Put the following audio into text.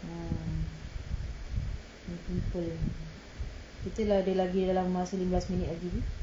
ah dia simple kita dah masa lagi lima belas minit lagi